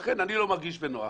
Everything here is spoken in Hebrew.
לכן אני לא מרגיש בנוח